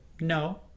No